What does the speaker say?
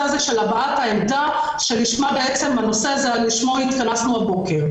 הזה של הבעת העמדה שלשם הנושא הזה התכנסנו הבוקר.